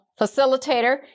facilitator